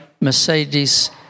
Mercedes